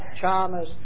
charmers